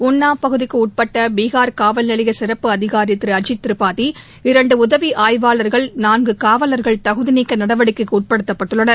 உள்ளாவ் பகுதிக்கு உட்பட்ட பிஹார் காவல் நிலைய சிறப்பு அதிகாரி திரு அஜித் திரிபாதி இரன்டு உதவி ஆய்வாளர்கள் நான்கு காவலர்கள் தகுதி நீக்க நடவடிக்கைக்கு உட்படுத்தப்பட்டுள்ளனர்